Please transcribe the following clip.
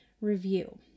review